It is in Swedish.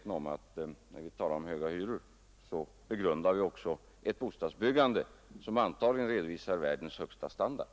När vi talar om höga hyror måste vi också begrunda att vi har ett bostadsbyggande, som antagligen redovisar världens högsta standard.